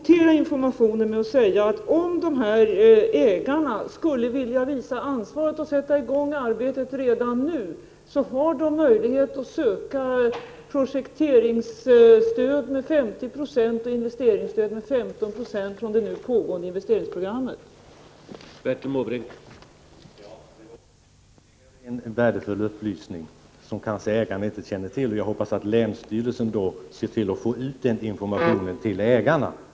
Jag vill bara komplettera informationen med att säga följande: Om ägarna skulle vilja visa ansvar och sätta i gång arbetet redan nu, har de möjlighet att från det pågående investeringsprogrammet söka projekteringsstöd, med 50 96 täckning, och investeringsstöd, med 15 96 täckning.